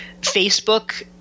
Facebook